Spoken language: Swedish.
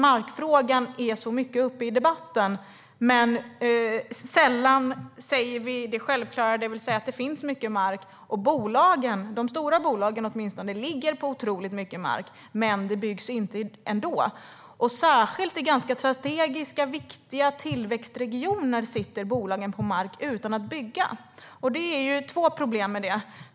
Markfrågan är uppe mycket i debatten, men sällan säger vi det självklara, det vill säga att det finns mycket mark. Bolagen, åtminstone de stora bolagen, ligger på otroligt mycket mark, men det byggs inte ändå. Särskilt i strategiskt ganska viktiga tillväxtregioner sitter bolagen på mark utan att bygga. Det finns två problem med det.